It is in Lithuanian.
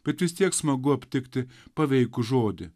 bet vis tiek smagu aptikti paveikų žodį